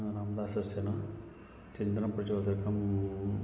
रामदासस्य न चिन्तनप्रचोदकम्